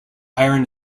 iron